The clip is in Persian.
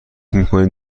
میکنید